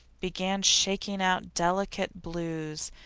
began shaking out delicate blues,